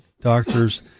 doctor's